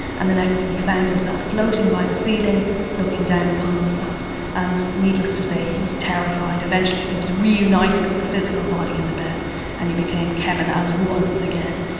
and the next thing he found himself floating by the ceiling looking down upon himself. and needless to say he was terrified. eventually he was reunited with the physical body in the bed and he became kevin as one again.